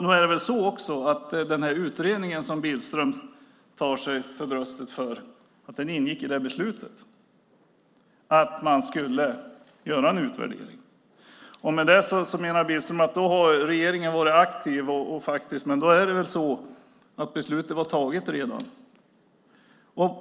Nog är det också så att den utredning som Billström slår sig för bröstet för ingick i det beslutet. Man skulle göra en utvärdering. Billström menar att regeringen med det har varit aktiv. Men beslutet var redan fattat.